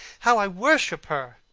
how i worship her!